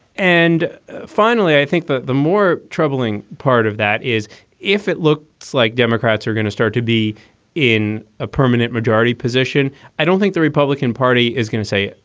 and finally, i think that the more troubling part of that is if it looks like democrats are going to start to be in a permanent majority position. i don't think the republican party is going to say,